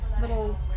little